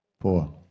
Four